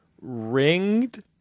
ringed